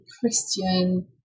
Christian